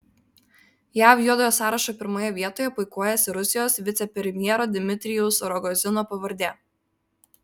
jav juodojo sąrašo pirmoje vietoje puikuojasi rusijos vicepremjero dmitrijaus rogozino pavardė